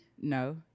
No